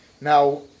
Now